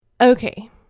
Okay